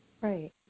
Right